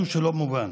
משהו שלא מובן.